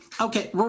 Okay